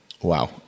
Wow